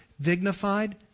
dignified